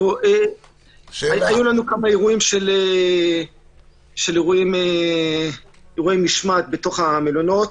היו לנו כמה אירועי משמעת במלונות.